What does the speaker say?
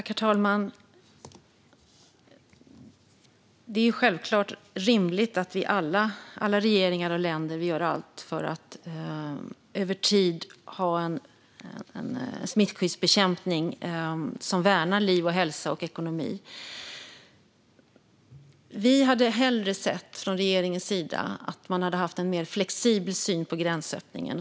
Herr talman! Det är självklart rimligt att alla regeringar och länder vill göra allt för att över tid ha en smittbekämpning som värnar liv, hälsa och ekonomi. Från regeringens sida hade vi hellre sett att man hade haft en mer flexibel syn på gränsöppningen.